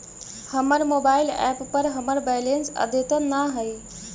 हमर mobile app पर हमर बैलेंस अद्यतन ना हई